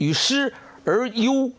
you you